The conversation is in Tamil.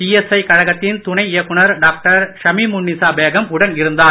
இஎஸ்ஐ கழகத்தின் துணை இயக்குனர் டாக்டர் ஷமீமுன்னிசா பேகம் உடன் இருந்தார்